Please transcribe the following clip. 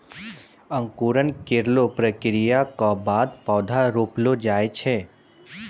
अंकुरन केरो प्रक्रिया क बाद पौधा रोपलो जाय छै